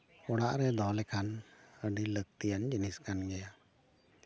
ᱚᱲᱟᱜ ᱨᱮ ᱫᱚᱦᱚ ᱞᱮᱠᱟᱱ ᱟᱹᱰᱤ ᱞᱟᱹᱠᱛᱤᱭᱟᱱ ᱡᱤᱱᱤᱥ ᱠᱟᱱ ᱜᱮᱭᱟ